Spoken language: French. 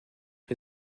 que